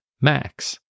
Max